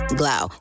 glow